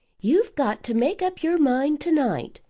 you've got to make up your mind to-night,